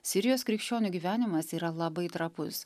sirijos krikščionių gyvenimas yra labai trapus